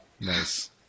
Nice